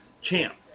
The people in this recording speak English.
Champ